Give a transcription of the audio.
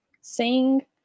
Sing